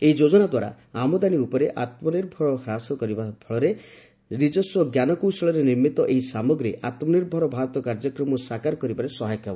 ଏହି ଯୋଜନା ଦ୍ୱାରା ଆମଦାନୀ ଉପରେ ନିର୍ଭରଶୀଳତା ହାସ ପାଇବ ଫଳରେ ନିଜସ୍ୱ ଞ୍ଜାନକୌଶଳରେ ନିର୍ମିତ ଏହି ସାମଗ୍ରୀ ଆତ୍ମ ନିର୍ଭର ଭାରତ କାର୍ଯ୍ୟକ୍ରମକୁ ସାକାର କରିବାରେ ସହାୟକ ହେବ